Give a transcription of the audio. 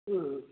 ହଁ